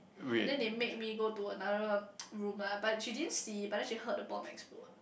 and then they make me go to another room lah but she didn't see but then she heard the bomb explode